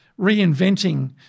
reinventing